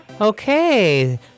Okay